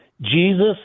Jesus